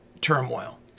turmoil